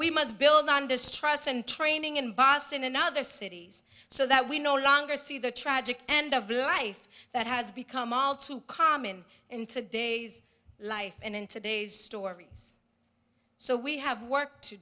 we must build on this trust and training in boston and other cities so that we no longer see the tragic end of life that has become all too common in today's life and in today's stories so we have work to